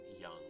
Young